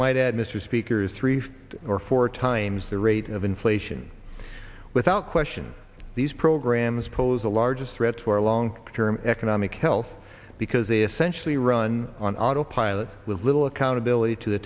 might add mr speaker is three feet or four times the rate of inflation without question these programs pose the largest threat to our long term economic health because they essentially run on autopilot with little accountability to the